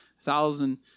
thousand